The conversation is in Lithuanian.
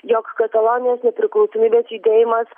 jog katalonijos nepriklausomybės judėjimas